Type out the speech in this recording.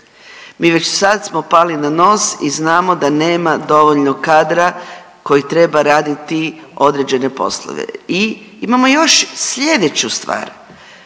mi već sad smo pali na nos i znamo da nema dovoljno kadra koji treba raditi određene poslove. I imamo još sljedeću stvar,